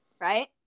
Right